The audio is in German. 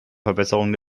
verbesserung